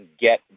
get